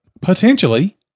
potentially